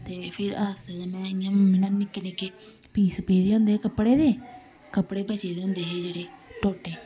ते फिर आस्तै ते में इ'यां निक्के निक्के पीस पेदे होंदे हे कपड़े दे कपड़े बचे दे होंदे हे जेह्ड़े टोटे